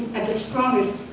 at the strongest